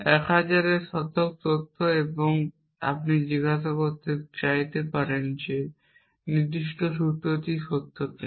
1000 এর শতক তথ্য এবং আপনি জিজ্ঞাসা করতে চাইতে পারেন যে নির্দিষ্ট সূত্রটি সত্য কি না